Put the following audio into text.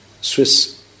Swiss